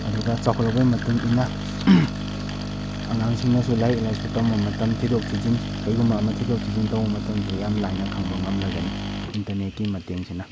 ꯑꯗꯨꯒ ꯆꯥꯎꯈꯠꯂꯛꯄꯩ ꯃꯇꯨꯡ ꯏꯟꯅ ꯑꯉꯥꯡꯁꯤꯡꯅꯁꯨ ꯂꯥꯏꯔꯤꯛ ꯂꯥꯏꯁꯨ ꯇꯝꯕ ꯃꯇꯝ ꯊꯤꯗꯣꯛ ꯊꯤꯖꯤꯟ ꯀꯔꯤꯒꯨꯝꯕ ꯑꯃ ꯊꯤꯗꯣꯛ ꯊꯤꯖꯤꯟ ꯇꯧꯕ ꯃꯇꯝꯗꯁꯨ ꯌꯥꯝ ꯂꯥꯏꯅ ꯈꯪꯕ ꯉꯝꯂꯒꯅꯤ ꯏꯟꯇꯔꯅꯦꯠꯀꯤ ꯃꯇꯦꯡꯁꯤꯅ